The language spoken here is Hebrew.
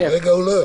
כרגע הוא לא יכול.